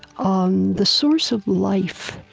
um the source of life.